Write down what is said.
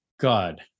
God